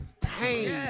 pain